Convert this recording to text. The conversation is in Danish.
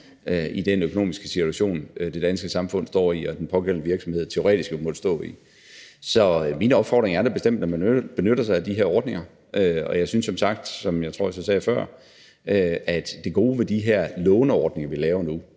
i den økonomiske situation, det danske samfund står i, og som den pågældende virksomhed teoretisk set måtte stå i. Så min opfordring er da bestemt, at man benytter sig af de her ordninger, og jeg synes som sagt, som jeg også tror jeg sagde før, at det gode ved de her låneordninger, vi laver nu,